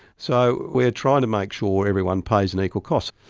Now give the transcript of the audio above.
so we're trying to make sure everyone pays an equal cost.